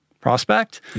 prospect